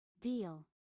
Deal